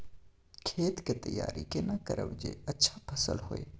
खेत के तैयारी केना करब जे अच्छा फसल होय?